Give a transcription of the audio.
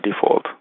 default